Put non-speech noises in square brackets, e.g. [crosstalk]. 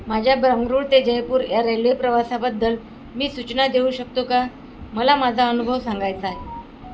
माझ्या [unintelligible] ते जयपूर या रेल्वे प्रवासाबद्दल मी सूचना देऊ शकतो का मला माझा अनुभव सांगायचा आहे